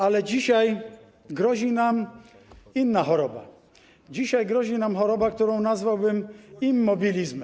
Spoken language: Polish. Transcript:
Ale dzisiaj grozi nam inna choroba, dzisiaj grozi nam choroba, którą nazwałbym immobilizmem.